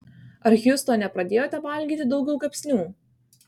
ar hjustone pradėjote valgyti daugiau kepsnių